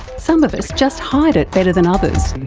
some of us just hide it better than others.